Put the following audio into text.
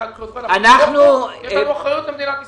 יש לנו אחריות למדינת ישראל.